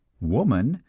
woman,